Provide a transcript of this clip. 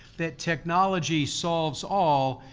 that technology solves all.